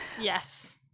Yes